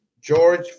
george